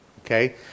Okay